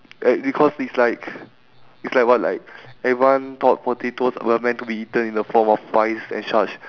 and because it's like it's like what like everyone thought potatoes were meant to be eaten in the form of rice and such